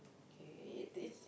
okay this